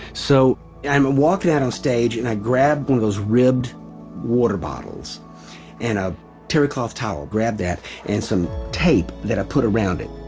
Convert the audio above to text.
so i'm walking out on stage and i grab one of those ribbed water bottles and a terry cloth towel, grabbed that and some tape that i put around it.